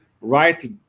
right